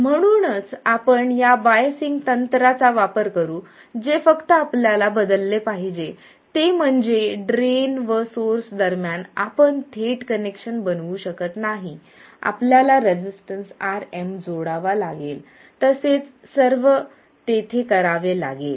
म्हणूनच आपण या बायसिंग तंत्रांचा वापर करू जे फक्त आपल्याला बदलले पाहिजे ते म्हणजे ड्रेन व गेट दरम्यान आपण थेट कनेक्शन बनवू शकत नाही आपल्याला रेझिस्टर Rm जोडावा लागेल तसेच सर्व तेथे करावे लागेल